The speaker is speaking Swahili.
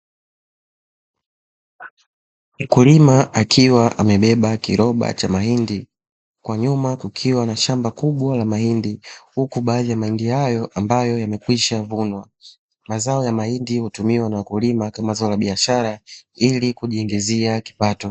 Mukulima akiwa amebeba kiroba cha mahindi kwa nyuma kukiwa na shamba kubwa la mahindi huku baadhi ya mengi hayo ambayo yamekwishavunwa, mazao ya mahindi hutumiwa na wakulima kama zao la biashara ili kujiingizia kipato.